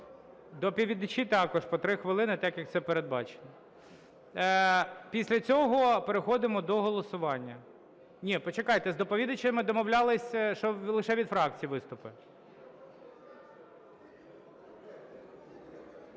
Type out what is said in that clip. Доповідачі також по 3 хвилини, так, як це передбачено. Після цього переходимо до голосування. Ні, почекайте, з доповідачами ми домовлялися, що лише від фракцій виступи.